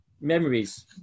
memories